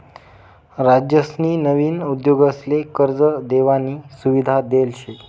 राज्यसनी नवीन उद्योगसले कर्ज देवानी सुविधा देल शे